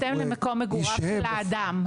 בהתאם למקום מגוריו של האדם,